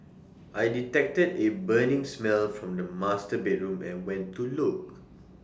I detected A burning smell from the master bedroom and went to look